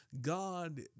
God